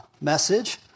message